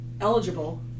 eligible